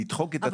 לדחוק את התלות.